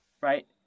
right